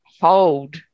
hold